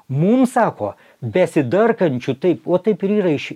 mum sako besidarkančių taip vo taip ir yra iš